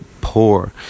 poor